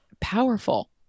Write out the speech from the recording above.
powerful